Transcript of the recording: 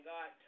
God